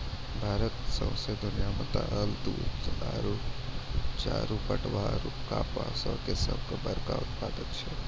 भारत सौंसे दुनिया मे दाल, चाउर, दूध, पटवा आरु कपासो के सभ से बड़का उत्पादक छै